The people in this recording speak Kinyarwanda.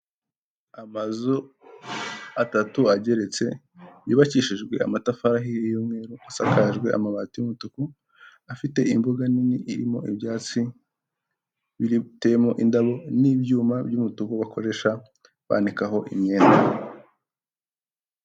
Amazu atatu ageretse yubakishijwe amatafari y'umweru asakajwe amabati y'umutuku afite imbuga nini irimo ibyatsi birimo indabo n'ibyuma by'umutuku bakoresha bananikaho imyenda.